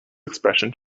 expression